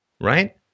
right